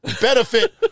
benefit